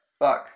look